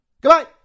Goodbye